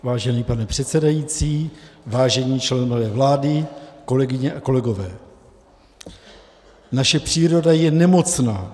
Vážený pane předsedající, vážení členové vlády, kolegyně, kolegové, naše příroda je nemocná.